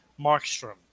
Markstrom